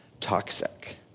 toxic